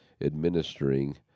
Administering